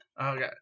Okay